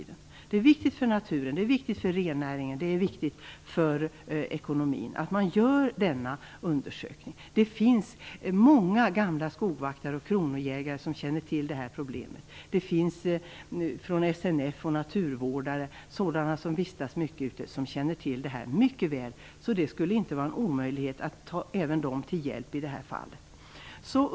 Det är oerhört viktigt för naturen, det är viktigt för rennäringen, det är viktigt för ekonomin att man gör denna undersökning. Det finns många gamla skogvaktare och kronojägare som känner till det här problemet. Det finns många från SNF och naturvårdare, sådana som vistas mycket ute i markerna, som mycket väl känner till det här. Det skulle alltså inte vara en omöjlighet att ta även dem till hjälp i det här fallet.